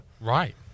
Right